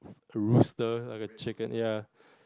a rooster like a chicken ya